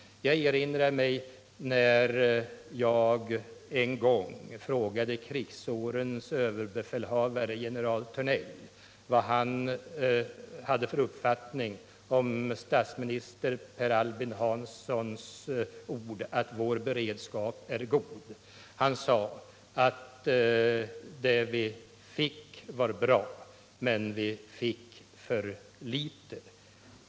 Jag frågade en gång krigsårens överbefälhavare general Thörnell vad han hade för uppfattning om statsminister Per Albin Hanssons ord att Sveriges beredskap var god. Thörnell sade då: Det vi fick var bra, men vi fick för litet.